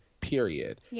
period